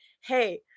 Hey